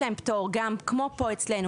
כמו פה אצלנו,